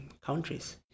countries